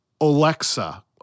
Alexa